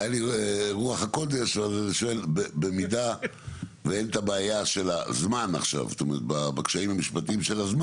לא, שואל היועץ המשפטי בלחש